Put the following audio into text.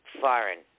Foreign